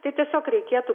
tai tiesiog reikėtų